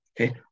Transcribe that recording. okay